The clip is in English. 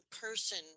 person